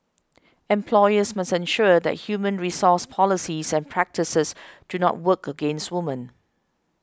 employers must ensure that human resource policies and practices do not work against women